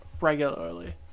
regularly